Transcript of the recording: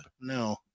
no